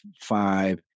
five